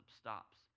stops